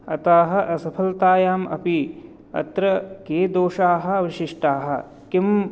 अतः असफलतायाम् अपि अत्र के दोषाः विशिष्टाः किं